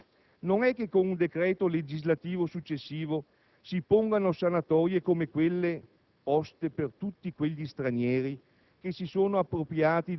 Non è che con decreto legislativo successivo venga prevista un'autocertifìcazione?